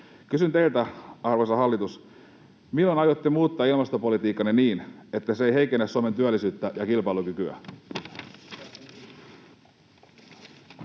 Kysyn teiltä, arvoisa hallitus: milloin aiotte muuttaa ilmastopolitiikkaanne niin, että se ei heikennä Suomen työllisyyttä ja kilpailukykyä?